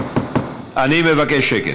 אני מבקש שקט.